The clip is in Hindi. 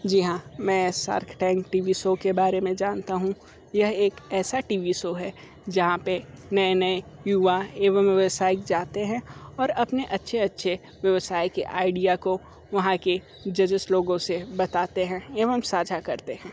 जी हाँ मैं Shark Tank T V show के बारे में जानता हूँ यह एक ऐसा टी वी शो है जहाँ पे नए नए युवा एवं व्यवसायिक जाते हैं और अपने अच्छे अच्छे व्यवसाय के आइडिया को वहाँ के जजेस लोगों से बताते हैं एवं साझा करते हैं